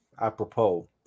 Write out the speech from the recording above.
apropos